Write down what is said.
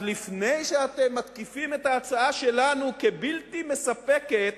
אז לפני שאתם מתקיפים את ההצעה שלנו כבלתי מספקת,